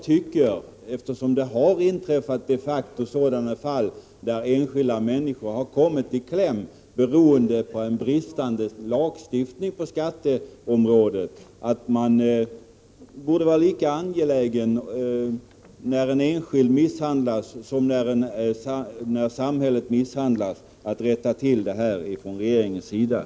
Det har de facto inträffat fall där enskilda människor har kommit i kläm beroende på en bristande lagstiftning på skatteområdet. Det borde vara lika angeläget att man från riksdagens sida rättar till felaktiga förhållanden när en enskild misshandlas som när samhället misshandlas.